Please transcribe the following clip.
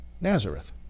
Nazareth